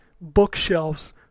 Bookshelves